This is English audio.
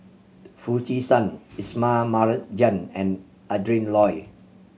Foo Chee San Ismail Marjan and Adrin Loi